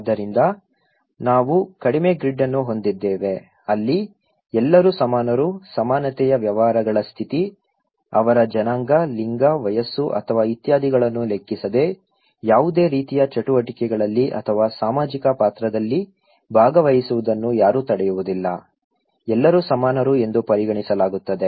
ಆದ್ದರಿಂದ ನಾವು ಕಡಿಮೆ ಗ್ರಿಡ್ ಅನ್ನು ಹೊಂದಿದ್ದೇವೆ ಅಲ್ಲಿ ಎಲ್ಲರೂ ಸಮಾನರು ಸಮಾನತೆಯ ವ್ಯವಹಾರಗಳ ಸ್ಥಿತಿ ಅವರ ಜನಾಂಗ ಲಿಂಗ ವಯಸ್ಸು ಅಥವಾ ಇತ್ಯಾದಿಗಳನ್ನು ಲೆಕ್ಕಿಸದೆ ಯಾವುದೇ ರೀತಿಯ ಚಟುವಟಿಕೆಗಳಲ್ಲಿ ಅಥವಾ ಸಾಮಾಜಿಕ ಪಾತ್ರದಲ್ಲಿ ಭಾಗವಹಿಸುವುದನ್ನು ಯಾರೂ ತಡೆಯುವುದಿಲ್ಲ ಎಲ್ಲರೂ ಸಮಾನರು ಎಂದು ಪರಿಗಣಿಸಲಾಗುತ್ತದೆ